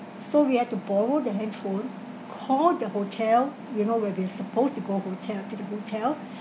so we have to borrow the handphone call the hotel you know where they're supposed to go hotel to the hotel